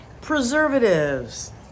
preservatives